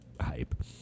hype